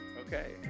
Okay